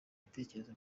bitekerezo